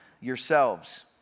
yourselves